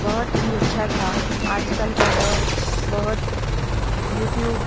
بہت ہی اچھا تھا آج کل کا دور بہت یوٹیوب